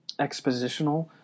expositional